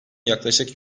yaklaşık